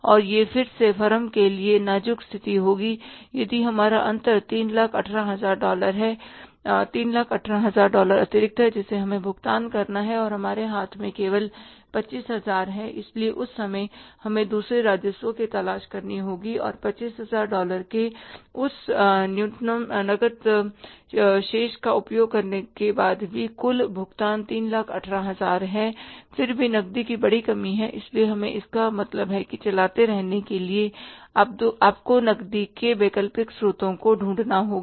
और या वह फिर से फर्म के लिए नाज़ुक स्थिति होगी यदि हमारा अंतर 318000 डॉलर है 318000 डॉलर अतिरिक्त है जिसे हमें भुगतान करना है और हमारे हाथ में केवल 25000 हैं इसलिए उस समय हमें दूसरे राजस्व की तलाश करनी होगी 25000 डॉलर के उस न्यूनतम नकद शेष का उपयोग करने के बाद भी कुल भुगतान 318000 है फिर भी नकदी की बड़ी कमी है इसलिए हमें इसका मतलब है कि चलाते रहने के लिए आपको नकदी के वैकल्पिक स्रोतों को ढूंढना होगा